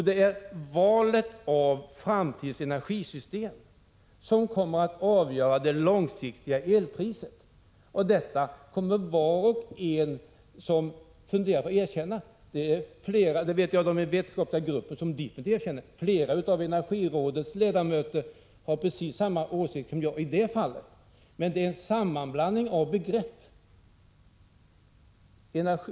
Det är valet av framtidens energisystem som kommer att avgöra det långsiktiga elpriset. Detta kommer var och en som funderar över det att erkänna. Jag vet de i vetenskapliga gruppen som bittert erkänner det. Flera av energirådets ledamöter har precis samma åsikt som jag i det fallet. Här förekommer en sammanblandning av begrepp.